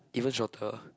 even shorter